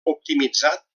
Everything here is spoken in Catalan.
optimitzat